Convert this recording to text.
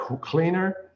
cleaner